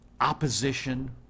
opposition